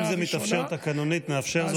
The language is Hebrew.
אם זה מתאפשר תקנונית, נאפשר זאת.